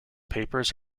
papers